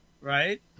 right